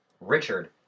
Richard